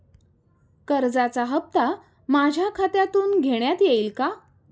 कर्जाचा हप्ता माझ्या खात्यातून घेण्यात येईल का?